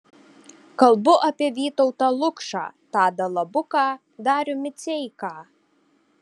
kalbu apie vytautą lukšą tadą labuką darių miceiką